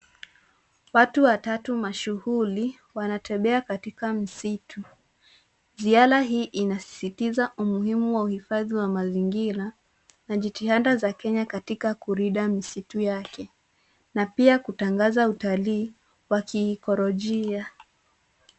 Watu watatu mashuhuri wanatembea katika msitu. Ziara hii inasisitiza umuhimu wa uhifadhi wa mazingira na jitihada za Kenya katika kulinda misitu yake, na pia kutangaza utalii wa kiekolojia.